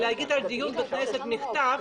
להגיד על דיון בכנסת מחטף,